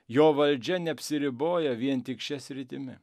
jo valdžia neapsiriboja vien tik šia sritimi